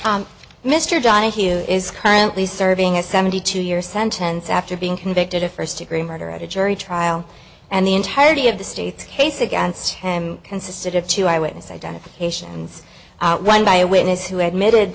donahue mr donahue is currently serving a seventy two year sentence after being convicted of first degree murder at a jury trial and the entirety of the state's case against him consisted of two eyewitness identifications run by a witness who admitted